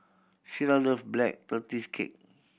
Shira love Black Tortoise Cake